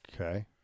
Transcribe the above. okay